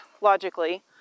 logically